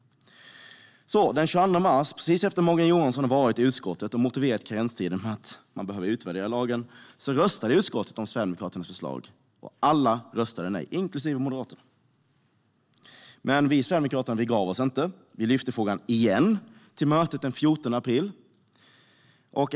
Den 22 mars, precis efter att Morgan Johansson har varit i utskottet och motiverat karenstiden med att man behöver utvärdera lagen, röstar utskottet om Sverigedemokraternas förslag. Alla röstade nej, inklusive Moderaterna. Vi sverigedemokrater gav oss inte utan lyfte upp frågan igen vid mötet den 14 april.